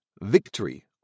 victory